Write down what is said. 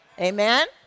Amen